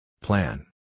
Plan